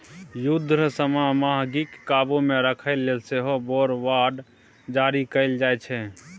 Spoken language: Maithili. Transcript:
युद्ध समय मे महगीकेँ काबु मे राखय लेल सेहो वॉर बॉड जारी कएल जाइ छै